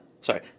Sorry